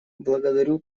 благодарю